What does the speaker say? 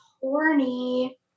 horny